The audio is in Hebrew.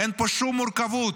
אין פה שום מורכבות.